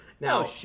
now